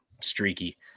streaky